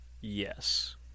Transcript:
Yes